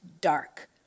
dark